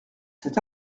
cet